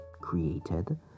created